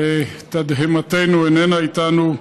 לתדהמתנו, איננה איתנו.